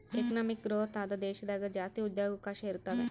economic growth ಆದ ದೇಶದಾಗ ಜಾಸ್ತಿ ಉದ್ಯೋಗವಕಾಶ ಇರುತಾವೆ